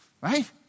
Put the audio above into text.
Right